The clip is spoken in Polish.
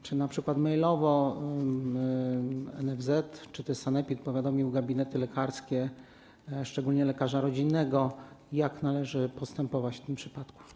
Czy np. mailowo NFZ czy też sanepid powiadomiły gabinety lekarskie, szczególnie lekarza rodzinnego, jak należy postępować w tym przypadku?